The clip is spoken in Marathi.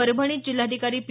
परभणीत जिल्हाधिकारी पी